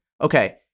okay